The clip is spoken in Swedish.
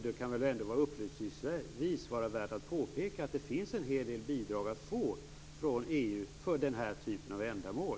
Det kan väl ändå uppplysningsvis vara värt att påpeka att det finns en hel del bidrag att få från EU för den här typen av ändamål.